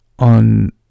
On